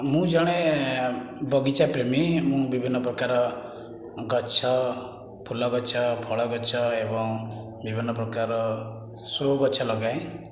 ମୁଁ ଜଣେ ବଗିଚା ପ୍ରେମୀ ମୁଁ ବିଭିନ୍ନ ପ୍ରକାର ଗଛ ଫୁଲ ଗଛ ଫଳ ଗଛ ଏବଂ ବିଭିନ୍ନ ପ୍ରକାର ଶୋ ଗଛ ଲଗାଏ